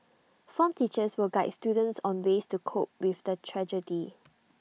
form teachers will guide students on ways to cope with the tragedy